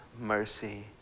mercy